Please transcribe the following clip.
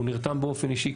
הוא נרתם באופן אישי.